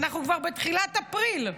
אנחנו כבר בתחילת אפריל.